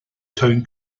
town